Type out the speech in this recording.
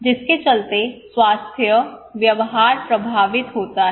जिसके चलते स्वास्थ्य व्यवहार प्रभावित होता है